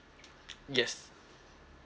yes